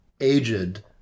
aged